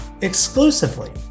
exclusively